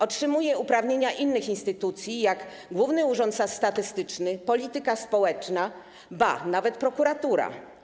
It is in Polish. Otrzymuje uprawnienia innych instytucji, jak Główny Urząd Statystyczny, polityka społeczna, nawet prokuratura.